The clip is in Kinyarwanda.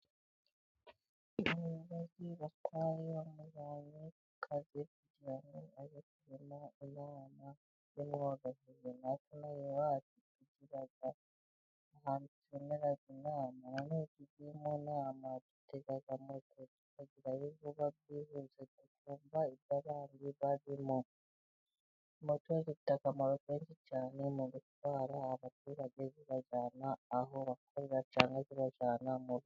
Umukozi batwaye bamujyaniye ku kazi, kugira ngo ajye kurema inama . Natwe ino aha iwacu iyo tugiye kurema inama dutega moto, tukagerayo vuba twihuse tukumva ibyo abandi barimo . Moto ifite akamaro kenshi cyane mu gutwara abaturage, ibajyana aho bakorera cyangwa ibajyana mu rugo.